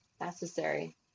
Necessary